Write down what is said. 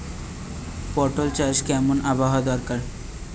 পটল চাষে কেমন আবহাওয়া দরকার?